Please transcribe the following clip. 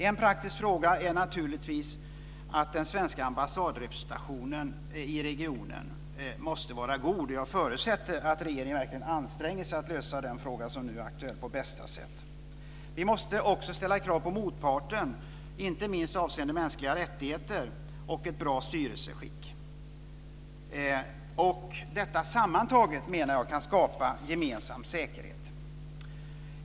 En praktisk fråga är naturligtvis att den svenska ambassadrepresentationen i regionen måste vara god. Och jag förutsätter att regeringen verkligen anstränger sig att lösa den fråga som nu är aktuell på bästa sätt. Vi måste också ställa krav på motparten, inte minst avseende mänskliga rättigheter och ett bra styrelseskick. Och detta sammantaget menar jag kan skapa gemensam säkerhet.